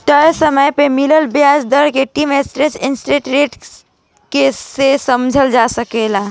तय समय में मिले वाला ब्याज दर के टर्म स्ट्रक्चर इंटरेस्ट रेट के से समझल जा सकेला